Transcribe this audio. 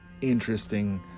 interesting